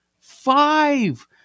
Five